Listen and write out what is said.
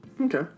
Okay